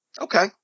Okay